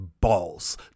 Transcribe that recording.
balls